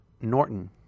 Norton